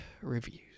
reviews